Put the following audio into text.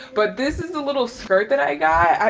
but this is the little skirt that i got.